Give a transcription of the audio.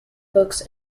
books